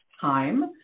time